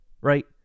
right